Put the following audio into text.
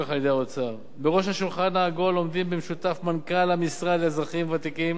בראש השולחן העגול עומדים במשותף מנכ"ל המשרד לאזרחים ותיקים